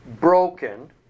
broken